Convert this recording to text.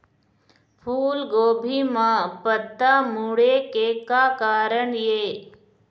फूलगोभी म पत्ता मुड़े के का कारण ये?